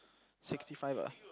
sixty five ah